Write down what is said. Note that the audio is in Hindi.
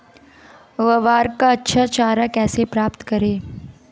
ग्वार का अच्छा चारा कैसे प्राप्त करें?